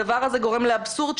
הדבר הזה גורם לאבסורד,